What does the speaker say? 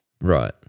Right